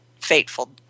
fateful